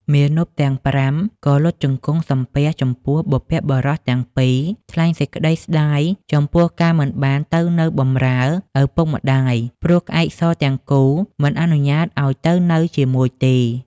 មាណពទាំង ៥ ក៏ លុតជង្គង់សំពះចំពោះបុព្វបុរសទាំងពីរ ថ្លែងសេចក្តីស្តាយចំពោះការមិនបានទៅនៅបម្រើឪពុកម្តាយ ព្រោះក្អែកសទាំងគូ មិនអនុញ្ញាតឲ្យទៅនៅជាមួយទេ ។